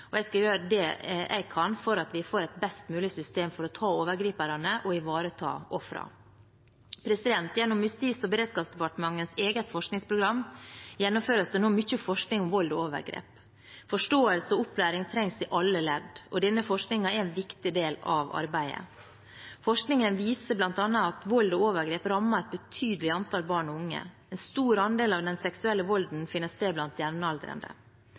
og jeg skal gjøre det jeg kan for at vi får et best mulig system for å ta overgriperne og ivareta ofrene. Gjennom Justis- og beredskapsdepartementets eget forskningsprogram gjennomføres det nå mye forskning på vold og overgrep. Forståelse og opplæring trengs i alle ledd, og denne forskningen er en viktig del av arbeidet. Forskningen viser bl.a. at vold og overgrep rammer et betydelig antall barn og unge. En stor andel av den seksuelle volden finner sted blant